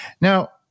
Now